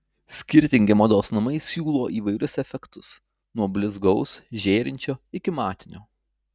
skirtingi mados namai siūlo įvairius efektus nuo blizgaus žėrinčio iki matinio